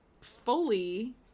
fully